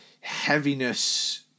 heaviness